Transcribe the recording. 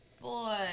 boy